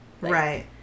right